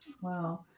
Wow